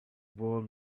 world